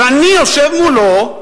ואני יושב מולו,